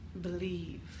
Believe